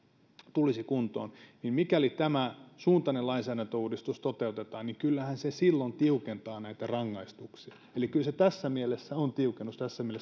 kuntoon mikäli tämänsuuntainen lainsäädäntöuudistus toteutetaan niin kyllähän se silloin tiukentaa näitä rangaistuksia eli kyllä se tässä mielessä on tiukennus tässä mielessä